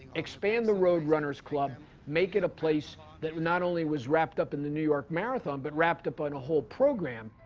expand the road runners club, make it a place that was not only wrapped up in the new york marathon, but wrapped up on a whole program.